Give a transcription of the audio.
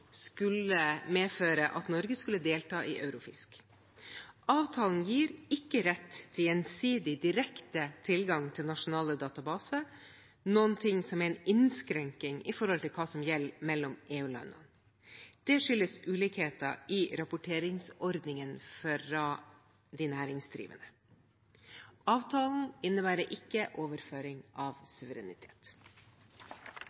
skulle medføre at Norge skulle delta i Eurofisc. Avtalen gir ikke rett til gjensidig direkte tilgang til nasjonale databaser, noe som er en innskrenkning i forhold til hva som gjelder mellom EU-landene. Det skyldes ulikheter i rapporteringsordningene for de næringsdrivende. Avtalen innebærer ikke overføring av